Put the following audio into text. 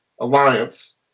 Alliance